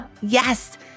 Yes